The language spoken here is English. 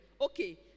Okay